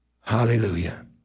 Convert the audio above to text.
Hallelujah